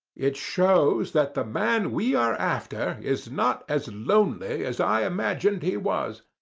it shows that the man we are after is not as lonely as i imagined he was,